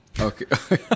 okay